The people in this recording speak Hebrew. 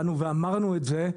באנו ואמרנו את זה,